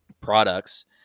products